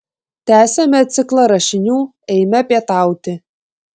tęsiame ciklą rašinių eime pietauti